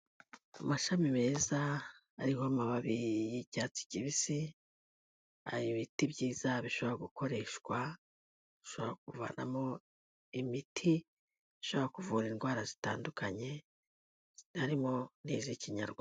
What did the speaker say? Amashami meza ariho amababi y'icyatsi kibisi, ari ibiti byiza bishobora gukoreshwa ushobora kuvanamo imiti ishobora kuvura indwara zitandukanye, zitarimo n'iz'ikinyarwanda.